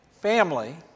family